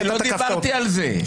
אני לא דיברתי על זה.